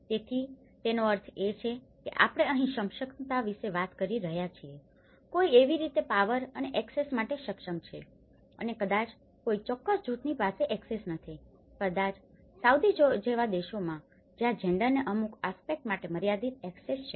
તેથી તેનો અર્થ એ છે કે આપણે અહીં ક્ષમતાઓ વિશે વાત કરી રહ્યા છીએ કોઈ કેવી રીતે પાવર અને એક્સેસ માટે સક્ષમ છે અને કદાચ કોઈ ચોક્કસ જૂથની પાસે એક્સેસ નથી કદાચ સાઉદી જેવા દેશોમાં જ્યાં જેન્ડરgenderલિંગને અમુક આસ્પેક્ટ માટે મર્યાદિત એક્સેસ છે